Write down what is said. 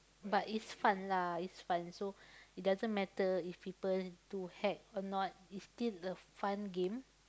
but it's fun lah it's fun so it doesn't matter if people do hack or not it's still a fun game